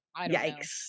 Yikes